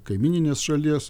kaimyninės šalies